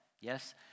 Yes